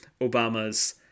Obama's